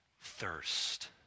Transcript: thirst